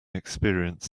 experience